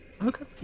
Okay